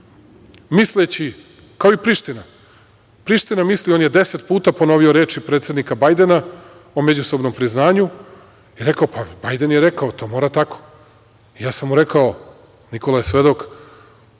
misleći kao i Priština. Priština misli… On je deset puta ponovio reči predsednika Bajdena o međusobnom priznanju i rekao – pa, Bajden je rekao, to mora tako. Ja sam mu rekao, Nikola je svedok